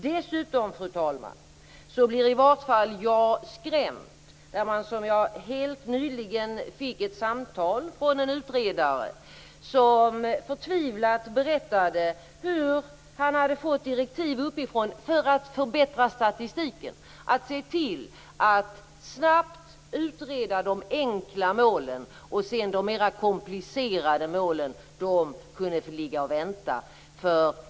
Dessutom, fru talman, blev i vart fall jag skrämd när jag, som helt nyligen, fick ett samtal från en utredare som förtvivlat berättade hur han hade fått direktiv uppifrån att se till att snabbt utreda de enkla målen för att förbättra statistiken. De mer komplicerade målen kunde få vänta.